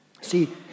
See